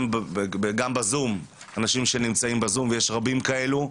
גם בזום, מי שנמצא בזום, ויש רבים כאלה,